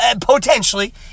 potentially